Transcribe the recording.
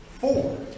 Four